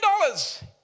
dollars